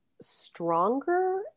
stronger